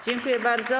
Dziękuję bardzo.